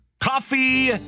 Coffee